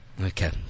Okay